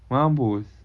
mampus